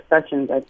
Sessions